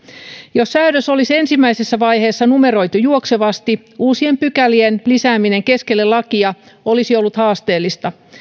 jos säädös olisi ensimmäisessä vaiheessa numeroitu juoksevasti uusien pykälien lisääminen keskelle lakia olisi ollut haasteellista